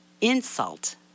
insult